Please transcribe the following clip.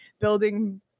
building